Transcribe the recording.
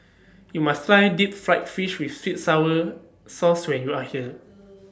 YOU must Try Deep Fried Fish with Sweet Sour Sauce when YOU Are here